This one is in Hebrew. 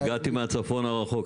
הגעתי אליכם מהצפון הרחוק.